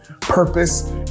purpose